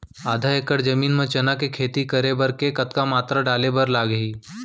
आधा एकड़ जमीन मा चना के खेती बर के कतका मात्रा डाले बर लागही?